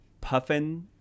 puffin